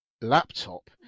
laptop